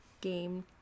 game